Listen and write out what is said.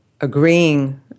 agreeing